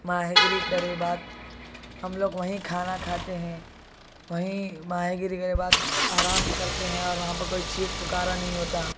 ماہی گیری کرے بعد ہم لوگ وہیں کھانا کھاتے ہیں وہیں ماہی گیری کرے بعد آرام کرتے ہیں اور وہاں پہ کوئی چیخ پکارا نہیں ہوتا